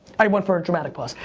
i went for a dramatic pause.